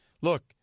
look